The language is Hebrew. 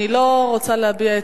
לא, תרשה לי.